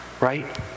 Right